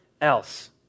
else